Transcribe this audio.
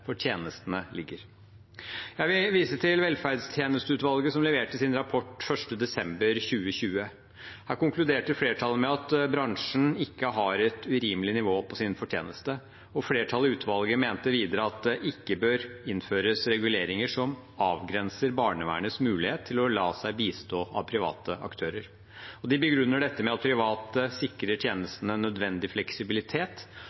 for tjenestene ligger. Jeg vil vise til velferdstjenesteutvalget, som leverte sin rapport 1. desember 2020. Her konkluderte flertallet med at bransjen ikke har et urimelig nivå på sin fortjeneste, og flertallet i utvalget mente videre at det ikke bør innføres reguleringer som avgrenser barnevernets mulighet til å la seg bistå av private aktører. De begrunner dette med at private sikrer